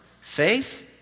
faith